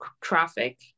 traffic